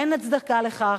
אין הצדקה לכך.